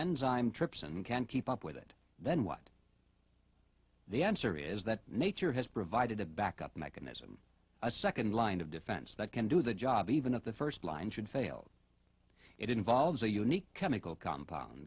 enzyme trips and can't keep up with it then what the answer is that nature has provided a backup mechanism a second line of defense that can do the job even if the first line should fail it involves a unique chemical compound